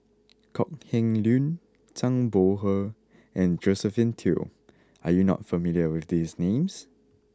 Kok Heng Leun Zhang Bohe and Josephine Teo are you not familiar with these names